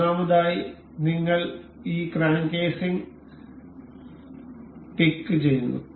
ഒന്നാമതായി നിങ്ങൾ ഈ ക്രാങ്ക് കേസിംഗ് പിക്ക് ചെയ്യുന്നു